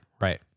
right